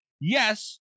Yes